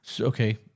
Okay